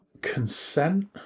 consent